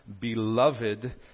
Beloved